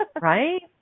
Right